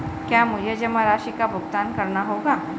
क्या मुझे जमा राशि का भुगतान करना होगा?